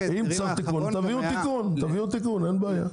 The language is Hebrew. אם צריך תיקון תביאו תיקון, אין בעיה.